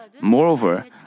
Moreover